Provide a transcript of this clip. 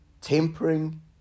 tempering